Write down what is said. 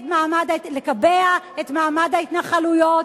לקבע את מעמד ההתנחלויות.